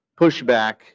pushback